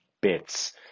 bits